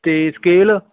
ਅਤੇ ਸਕੇਲ